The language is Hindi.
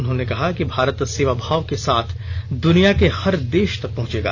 उन्होंने कहा कि भारत सेवाभाव के साथ द्वनिया के हर देश तक पहंचेगा